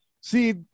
See